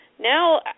Now